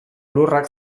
lurrak